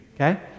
okay